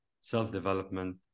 self-development